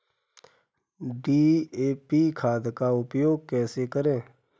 DAP खाद का उपयोग कैसे करें?